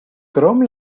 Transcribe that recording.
krom